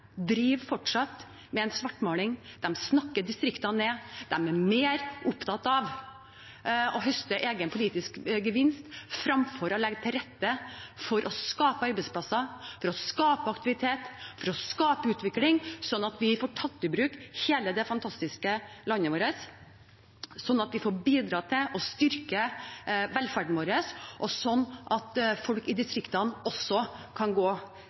fortsatt med svartmaling. De snakker distriktene ned. De er mer opptatt av å høste egen politisk gevinst enn å legge til rette for å skape arbeidsplasser, aktivitet og utvikling, slik at vi får tatt i bruk hele det fantastiske landet vårt, slik at vi får bidratt til å styrke velferden vår, og slik at folk i distriktene også kan gå